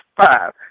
five